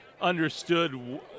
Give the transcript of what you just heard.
understood